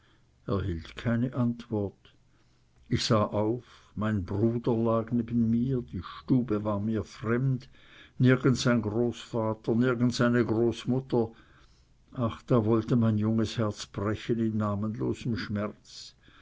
keine antwort ich sah auf mein bruder lag neben mir die stube war mir fremd nirgends ein großvater nirgends eine großmutter ach da wollte mein junges herz brechen in namenlosem schmerz